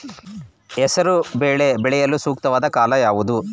ಹೆಸರು ಬೇಳೆ ಬೆಳೆಯಲು ಸೂಕ್ತವಾದ ಕಾಲ ಯಾವುದು?